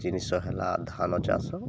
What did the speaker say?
ଜିନିଷ ହେଲା ଧାନ ଚାଷ